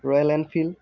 Royal Enfield